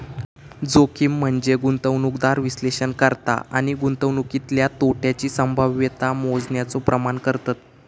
जोखीम म्हनजे गुंतवणूकदार विश्लेषण करता आणि गुंतवणुकीतल्या तोट्याची संभाव्यता मोजण्याचो प्रयत्न करतत